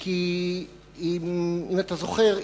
כי אם אתה זוכר,